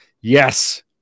Yes